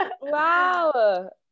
Wow